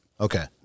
okay